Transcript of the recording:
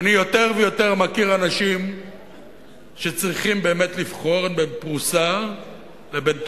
ואני יותר ויותר מכיר אנשים שצריכים באמת לבחור בין פרוסה לבין תרופה.